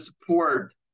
support